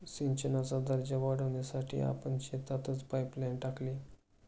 सिंचनाचा दर्जा वाढवण्यासाठी आपण शेतातच पाइपलाइन टाकली